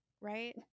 right